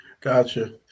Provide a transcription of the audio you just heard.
Gotcha